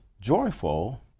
joyful